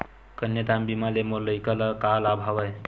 कन्यादान बीमा ले मोर लइका ल का लाभ हवय?